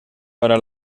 para